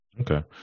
Okay